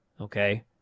Okay